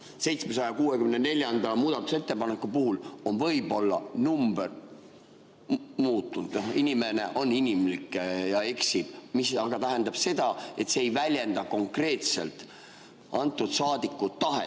764. muudatusettepaneku number on võib-olla muutunud, sest inimene on inimlik ja eksib. See aga tähendab seda, et see ei väljenda konkreetselt antud saadiku tahet,